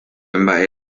mbaʼe